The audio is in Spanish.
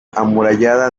amurallada